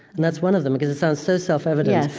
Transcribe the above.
and that's one of them, because it sounds so self-evident,